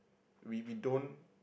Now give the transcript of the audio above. we we don't